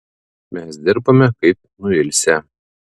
mes dirbame kaip nuilsę